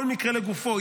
כל מקרה לגופו,